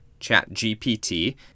ChatGPT